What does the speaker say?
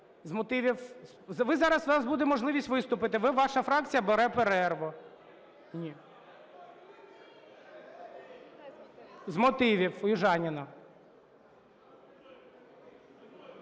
З мотивів. У вас зараз буде можливість виступити, ваша фракція бере перерву. З мотивів – Южаніна.